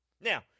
Now